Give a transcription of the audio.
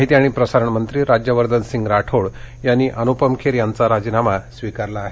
माहिती आणि प्रसारण मंत्री राज्यवर्धन सिंग राठोड यांनी अनुपम खेर यांचा राजीनामा स्वीकारला आहे